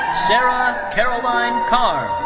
sarah caroline carnes.